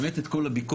באמת את כל הביקורת,